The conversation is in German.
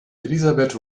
elisabeth